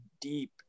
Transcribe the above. deep